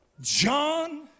John